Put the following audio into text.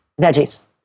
Veggies